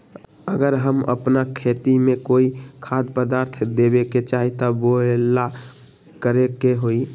अगर हम अपना खेती में कोइ खाद्य पदार्थ देबे के चाही त वो ला का करे के होई?